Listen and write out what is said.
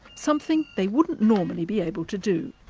something they wouldn't normally be able to do.